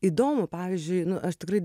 įdomu pavyzdžiui nu aš tikrai